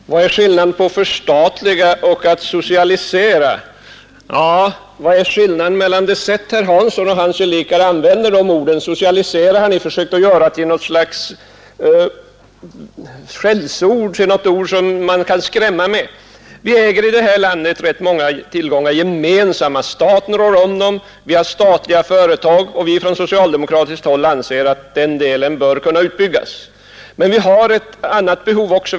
Herr talman! Vad är skillnaden mellan att förstatliga och att socialisera, frågade herr Hansson i Skegrie. Skillnaden ligger i det sätt på vilket herr Hansson och hans gelikar använder orden. Socialisera har ni försökt göra till något slags skällsord, ett ord som man kan skrämma med. Vi äger i det här landet rätt många tillgångar gemensamt. Staten rår om dem. Vi har statliga företag, och på socialdemokratiskt håll anser vi att den delen bör kunna utbyggas. Men vi har ett annat behov också.